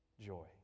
joy